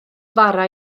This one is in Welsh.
fara